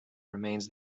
remains